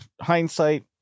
hindsight